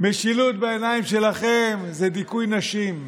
משילות בעיניים שלכם זה דיכוי נשים,